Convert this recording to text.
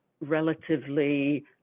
relatively